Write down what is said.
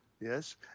Yes